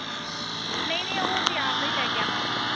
ਹਾਂ ਨਹੀਂ ਨਹੀਂ ਉਹ ਅਸੀਂ ਆਪ ਦਾ ਹੀ ਲੈ ਕੇ ਆਵਾਂਗੇ